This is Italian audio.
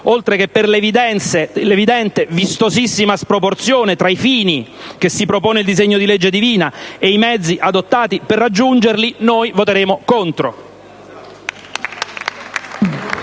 oltre che per la vistosissima sproporzione tra i fini che si propone il disegno di legge Divina e i mezzi adottati per raggiungerli, noi voteremo contro.